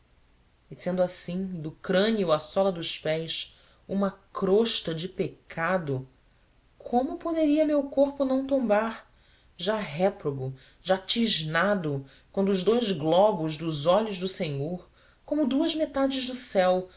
sendo assim do crânio à sola dos pés uma crosta de pecado como poderia meu corpo não tombar já réprobo já tisnado quando os dous globos dos olhos do senhor como duas metades do céu